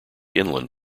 inland